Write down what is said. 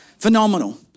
Phenomenal